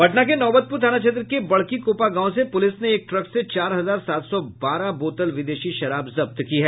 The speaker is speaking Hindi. पटना के नौबतपुर थाना क्षेत्र के बड़की कोपा गांव से पुलिस ने एक ट्रक से चार हजार सात सौ बारह बोतल विदेशी शराब जब्त की है